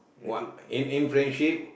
what in in friendship